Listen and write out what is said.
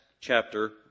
chapter